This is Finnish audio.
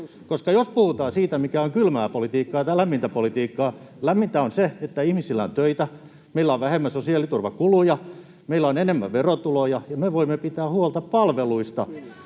koska jos puhutaan siitä, mikä on kylmää politiikkaa tai lämmintä politiikkaa, niin lämmintä on se, että ihmisillä on töitä, meillä on vähemmän sosiaaliturvakuluja, meillä on enemmän verotuloja ja me voimme pitää huolta palveluista.